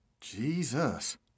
Jesus